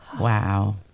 Wow